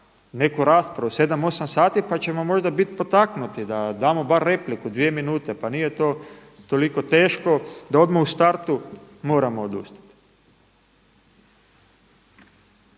neku raspravu, 7, 8 sati pa ćemo možda biti potaknuti da damo bar repliku dvije minute, pa nije to toliko teško da odmah u startu moramo odustati.